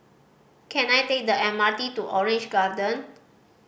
can I take the M R T to Orange Garden